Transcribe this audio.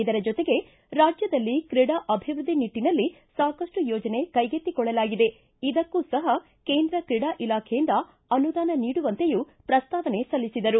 ಇದರ ಜೊತೆಗೆ ರಾಜ್ಜದಲ್ಲಿ ಕ್ರೀಡಾ ಅಭಿವೃದ್ಧಿ ನಿಟ್ಟನಲ್ಲಿ ಸಾಕಷ್ಟು ಯೋಜನೆ ಕೈಗೆತ್ತಿಕೊಳ್ಳಲಾಗಿದ್ದು ಇದಕ್ಕೂ ಸಹ ಕೇಂದ್ರ ಕ್ರೀಡಾ ಇಲಾಖೆಯಿಂದ ಅನುದಾನ ನೀಡುವಂತೆಯೂ ಪ್ರಸ್ತಾವನೆ ಸಲ್ಲಿಸಿದರು